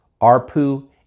ARPU